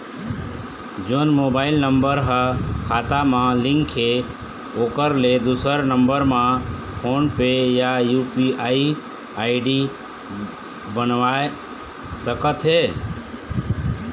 जोन mobile number हा खाता मा लिन्क हे ओकर ले दुसर नंबर मा फोन पे या यू.पी.आई आई.डी बनवाए सका थे?